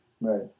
right